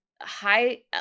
high